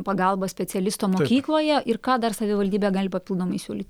pagalba specialisto mokykloje ir ką dar savivaldybė gali papildomai siūlyt